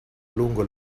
lungo